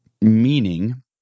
meaning